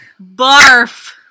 Barf